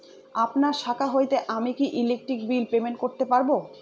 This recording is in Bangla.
আপনার শাখা হইতে আমি কি ইলেকট্রিক বিল পেমেন্ট করতে পারব?